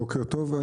בוקר טוב.